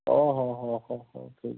ହଁ ହଉ ହଉ ଠିକ୍ ଅଛି